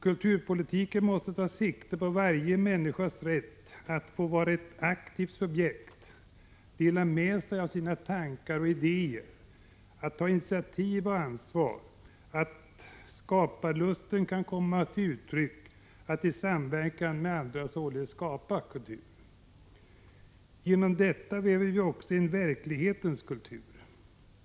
Kulturpolitiken måste ta sikte på varje människas rätt att få vara ett aktivt subjekt — att få dela med sig av sina tankar och idéer, att ta initiativ och ansvar, att låta skaparlusten komma till uttryck, att i samverkan med andra skapa kultur. Genom detta väver vi också en verklighetens kultur.